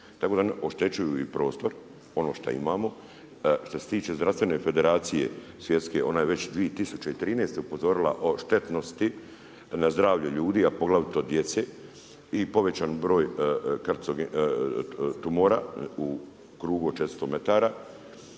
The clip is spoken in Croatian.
Tako da ne oštećuju i prostor, ono što imamo. Što se tiče zdravstvene federacije svjetske, ona je već 2013. upozorila o štetnosti na zdravlje ljudi, a poglavito djece i povećani broj tumora u krugu od 400 metara,